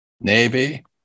navy